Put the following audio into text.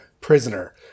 prisoner